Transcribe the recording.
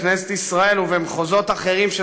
בכנסת ישראל ובמחוזות אחרים של